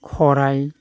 खराइ